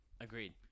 agreed